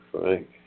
Frank